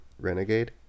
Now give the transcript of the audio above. Renegade